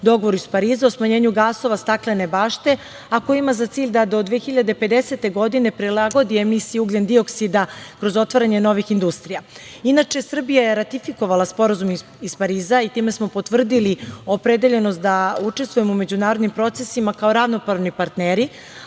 dogovoru iz Pariza o smanjenju gasova staklene bašte, a koji ima za cilj da do 2050. godine prilagodi emisiju ugljen-dioksida kroz otvaranje novih industrija. Inače, Srbija je ratifikovala Sporazum iz Pariza i time smo potvrdili opredeljenost da učestvujemo u međunarodnim procesima kao ravnopravni partneri,